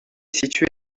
située